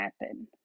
happen